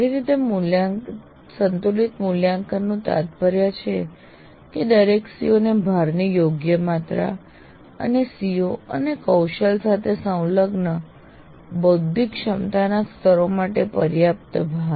સારી રીતે સંતુલિત મૂલ્યાંકનનું તાત્પર્ય છે દરેક CO ને ભારની યોગ્ય માત્રા અને CO અને કૌશલ સાથે સંલગ્ન બૌદ્ધિક ક્ષમતાના સ્તરો માટે પર્યાપ્ત ભાર